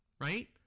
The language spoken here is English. Right